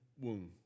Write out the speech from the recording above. wound